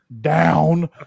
down